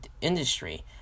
industry